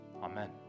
Amen